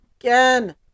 again